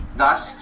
thus